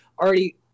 already